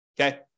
okay